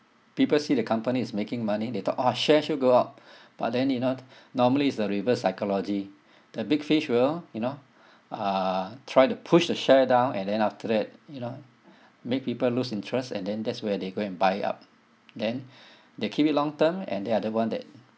people see the company is making money they thought oh share sure go up but then you know normally it's the reverse psychology the big fish will you know uh try to push the share down and then after that you know make people lose interest and then there's where they go and buy up then they keep it long term and they are the one that